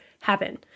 happen